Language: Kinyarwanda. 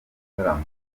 ibitaramo